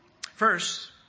First